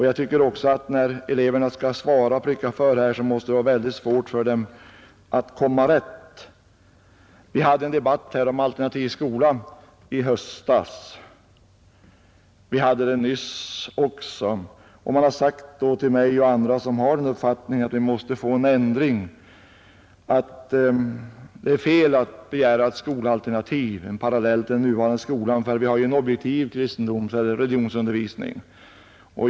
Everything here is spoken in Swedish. Jag tycker också att när eleverna skall svara och pricka för, måste det vara väldigt svårt för dem att komma rätt. Vi hade i höstas en debatt i riksdagen om alternativ skola. Vi hade den nyss också. Man har sagt till mig och andra, som har den uppfattningen att vi måste få en ändring, att det är fel att begära ett skolalternativ, en parallell till den nuvarande skolan, för vi har ju en objektiv religionsundervisning.